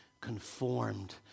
conformed